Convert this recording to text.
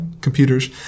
computers